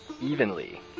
evenly